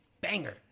banger